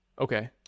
Okay